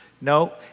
No